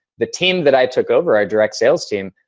the team that i took over, our direct sales team,